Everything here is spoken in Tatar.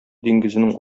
диңгезенең